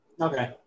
Okay